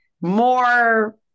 more